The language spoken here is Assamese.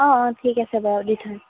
অঁ অঁ ঠিক আছে বাৰু দি থ'ম